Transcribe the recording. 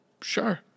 sure